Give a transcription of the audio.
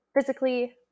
physically